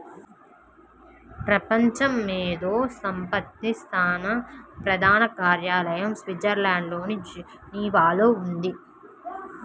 ప్రపంచ మేధో సంపత్తి సంస్థ ప్రధాన కార్యాలయం స్విట్జర్లాండ్లోని జెనీవాలో ఉంది